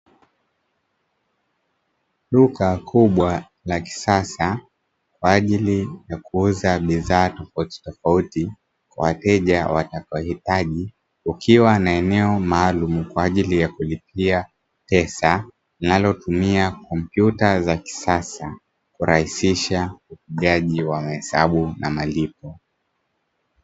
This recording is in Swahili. Duka kubwa la kisasa kwa ajili ya kuuza bidhaa tofautitofauti kwa wateja watakaohitaji kukiwa na eneo maalumu, kwa ajili ya kulipia pesa linalotumia kompyuta za kisasa kurahisisha upigaji wa mahesabu na malipo.